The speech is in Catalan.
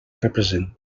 representa